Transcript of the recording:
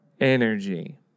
Energy